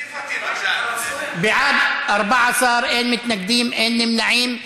תוסיף אותי, בעד, 14, אין מתנגדים, אין נמנעים.